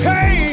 Hey